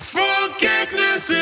forgiveness